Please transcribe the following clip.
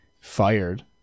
fired